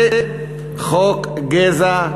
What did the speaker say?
זה חוק גזע,